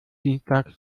dienstag